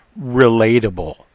relatable